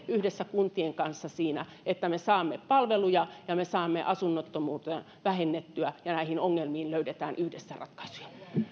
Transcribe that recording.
yhdessä kuntien kanssa siinä että me saamme palveluja ja me saamme asunnottomuutta vähennettyä ja näihin ongelmiin löydetään yhdessä ratkaisuja